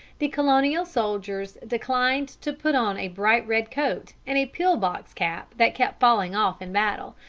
the colonial soldiers declined to put on a bright red coat and a pill-box cap, that kept falling off in battle,